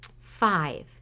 Five